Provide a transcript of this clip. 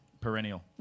perennial